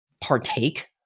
partake